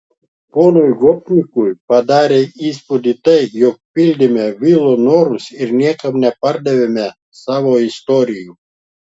ponui gopnikui padarė įspūdį tai jog pildėme vilo norus ir niekam nepardavėme savo istorijų